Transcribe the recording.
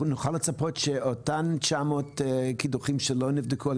נוכל לצפות שאותם 900 קידוחים שלא נבדקו על